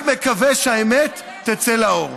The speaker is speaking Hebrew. רק מקווה שהאמת תצא לאור.